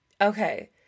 Okay